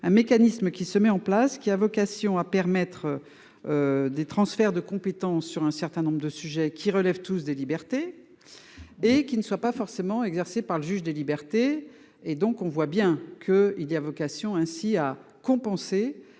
Un mécanisme qui se met en place qui a vocation à permettre. Des transferts de compétences sur un certain nombre de sujets qui relèvent tous des libertés. Et qui ne soit pas forcément exercée par le juge des libertés et donc on voit bien que il y a vocation ainsi à compenser